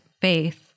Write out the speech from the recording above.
faith